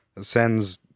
sends